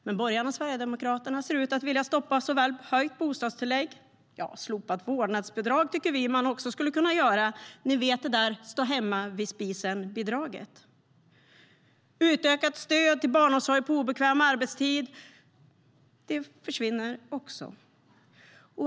Men borgarna och Sverigedemokraterna ser ut att vilja stoppa såväl höjt bostadstillägg som utökat stöd till barnomsorg på obekväm arbetstid som också förvinner - vi tycker att man kanske skulle kunna slopa vårdnadsbidraget också, ni vet det där stå-hemma-vid-spisen-bidraget.